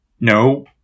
no